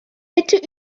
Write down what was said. bitte